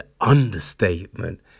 understatement